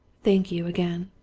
thank you, again!